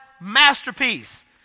masterpiece